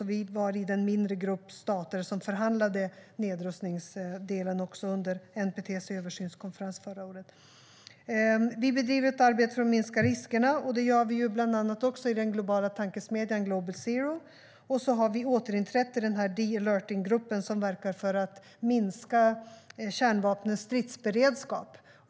Vi var med i den mindre grupp stater som förhandlade om nedrustningsdelen under NPT:s översynskonferens förra året. Vi bedriver ett arbete för att minska riskerna. Det görs bland annat i den globala tankesmedjan Global Zero. Vi har också återinträtt i De-alerting Group, som verkar för att minska kärnvapnens stridsberedskap.